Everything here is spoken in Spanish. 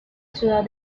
ciudad